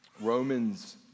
Romans